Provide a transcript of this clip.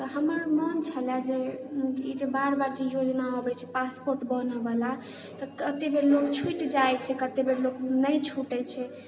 तऽ हमर मन छलए जे ई जे बार बार जे योजना अबैत छै पासबुक बनऽ वाला तऽ कते बेर लोक छूटि जाइत छै कते बेर लोक नहि छूटैत छै